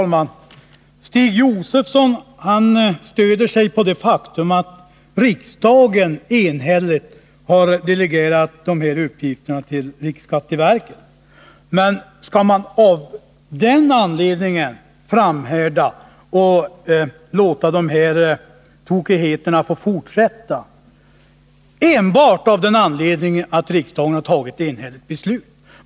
Fru talman! Stig Josefson stöder sig på det faktum att riksdagen enhälligt har delegerat dessa uppgifter till riksskatteverket. Men skall man därför framhärda och låta de här tokigheterna få fortsätta — enbart av den anledningen att riksdagen har fattat ett enhälligt beslut?